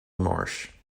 marsh